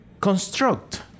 construct